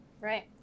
Right